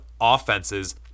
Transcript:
offenses